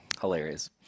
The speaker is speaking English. Hilarious